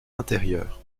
intérieure